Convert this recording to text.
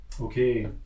Okay